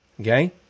Okay